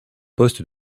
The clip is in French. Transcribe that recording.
poste